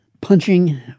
Punching